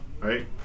right